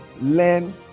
learn